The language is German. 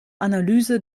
analyse